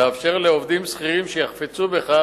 לאפשר לעובדים שכירים שיחפצו בכך,